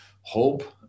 hope